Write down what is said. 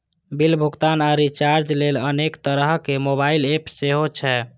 bill भुगतान आ recharge लेल अनेक तरहक मोबाइल एप सेहो छै